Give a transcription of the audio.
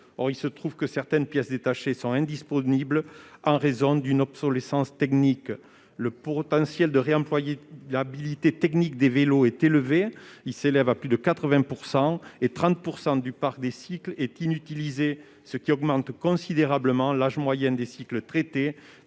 Or il se trouve que certaines pièces détachées sont indisponibles en raison d'une obsolescence technique. Le potentiel de réemployabilité des vélos est élevé- plus de 80 %-, et 30 % du parc des cycles sont inutilisés, ce qui augmente considérablement l'âge moyen des cycles traités